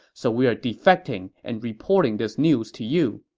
so we are defecting and reporting this news to you.